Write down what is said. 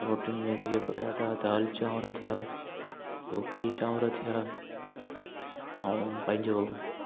रोटियुनि में बिहु पटाटा दाल चांवर थिया ॿियो कढ़ी चांवर थियां ऐं पंहिंजो